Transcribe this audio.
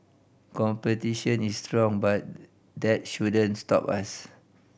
competition is strong but that shouldn't stop us